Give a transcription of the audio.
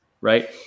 right